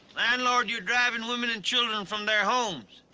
landlord, you're driving women and children from their homes.